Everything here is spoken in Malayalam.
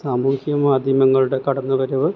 സാമൂഹ്യ മാധ്യമങ്ങളുടെ കടന്നുവരവ്